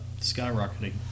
skyrocketing